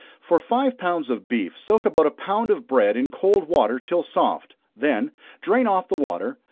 for five pounds of beef, soak about a pound of bread in cold water till soft, then drain off the water,